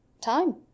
time